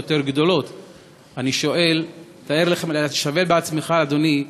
אני שואל: תאר לעצמך, אדוני,